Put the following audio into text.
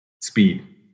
speed